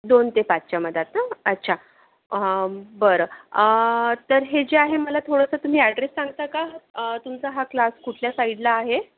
दोन ते पाचच्या मध्यात ना अच्छा बरं तर हे जे आहे मला थोडंसं तुम्ही ॲड्रेस सांगता का तुमचा हा क्लास कुठल्या साईडला आहे